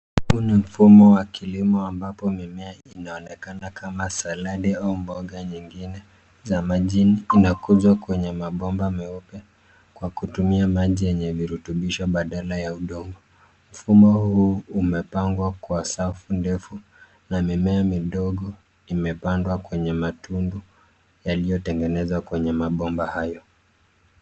Huu ni mfumo wa kilimo ambapo mimea inaonekana kama salad au mboga zingine za majini zinakuzwa kwenyeabomba meupe kwa kutumia maji yenye virutubisho badala ya udongo. Mfumo huu umepangwa kwa safu ndefu na mimea midogo imepandwa kwenye matundu yaliyotengenezwa kwenye mabomba hayo.